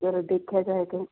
ਔਰ ਦੇਖਿਆ ਜਾਏ ਤਾਂ